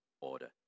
order